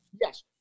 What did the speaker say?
Yes